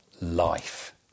life